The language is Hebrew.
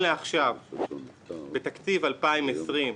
נכון לעכשיו בתקציב 2020,